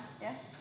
Yes